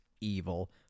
evil